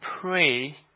pray